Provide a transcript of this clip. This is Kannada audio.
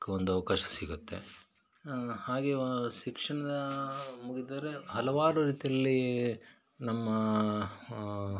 ಕ ಒಂದು ಅವಕಾಶ ಸಿಗುತ್ತೆ ಹಾಗೇ ಶಿಕ್ಷಣ ಮುಗಿದರೆ ಹಲವಾರು ರೀತಿಯಲ್ಲಿ ನಮ್ಮ